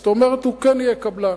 זאת אומרת, הוא כן יהיה קבלן.